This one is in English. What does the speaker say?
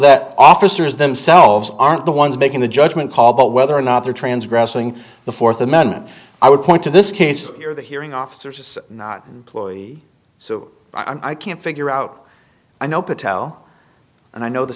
that officers themselves aren't the ones making the judgment call but whether or not they're transgressing the fourth amendment i would point to this case where the hearing officer is not chloe so i can't figure out i know patel and i know the